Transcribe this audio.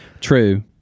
True